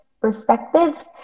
perspectives